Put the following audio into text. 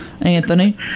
Anthony